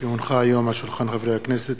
כי הונחה היום על שולחן הכנסת,